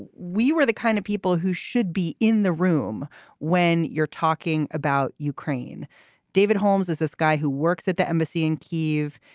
we were the kind of people who should be in the room when you're talking about ukraine david holmes is this guy who works at the embassy in kiev,